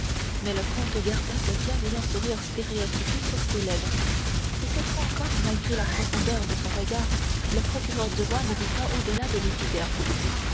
mais le comte garda le bienveillant sourire stéréotypé sur ses lèvres et cette fois encore malgré la profondeur de son regard le procureur du roi ne vit pas au-delà de l'épiderme